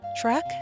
track